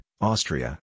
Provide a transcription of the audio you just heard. Austria